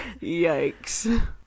Yikes